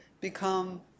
become